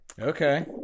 Okay